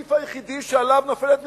הסעיף היחידי שעליו נופלת ממשלה.